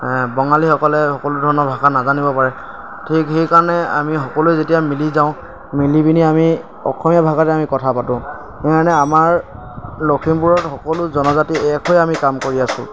বঙালীসকলে সকলো ধৰণৰ ভাষা নাজানিব পাৰে ঠিক সেইকাৰণে আমি সকলোৱে যেতিয়া মিলি যাওঁ মিলি পিনি আমি অসমীয়া ভাষাতে আমি কথা পাতোঁ সেইকাৰণে আমাৰ লখিমপুৰত সকলো জনজাতি এক হৈ আমি কাম কৰি আছো